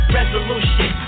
resolution